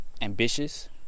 Ambitious